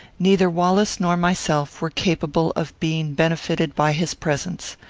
neither wallace nor myself were capable of being benefited by his presence.